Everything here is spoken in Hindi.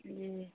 जी